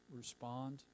respond